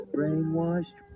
Brainwashed